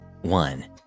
one